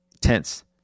tense